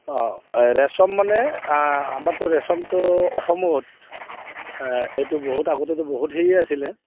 অঁ ৰেচম মানে আমাৰতো ৰেচমটো অসমত এইটো বহুত আগতেতো বহুত হেৰিয়ে আছিলে